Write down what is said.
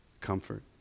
Comfort